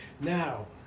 Now